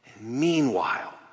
meanwhile